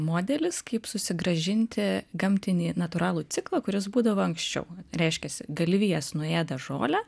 modelis kaip susigrąžinti gamtinį natūralų ciklą kuris būdavo anksčiau reiškiasi galvijas nuėda žolę